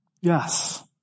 Yes